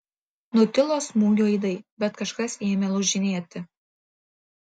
nutilo smūgio aidai bet kažkas ėmė lūžinėti